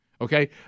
Okay